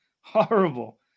Horrible